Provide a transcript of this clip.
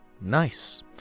Nice